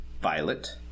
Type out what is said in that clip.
violet